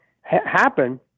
happen